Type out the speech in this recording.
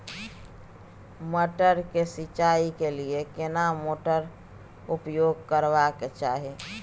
मटर के सिंचाई के लिये केना मोटर उपयोग करबा के चाही?